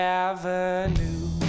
avenue